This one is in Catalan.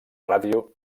ràdio